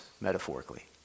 metaphorically